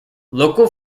local